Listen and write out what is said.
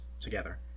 together